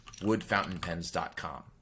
woodfountainpens.com